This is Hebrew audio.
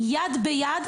יד ביד,